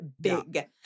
big